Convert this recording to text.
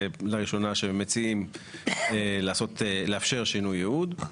לראשונה שמציעים לאפשר שינוי ייעוד.